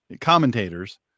commentators